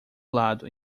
lado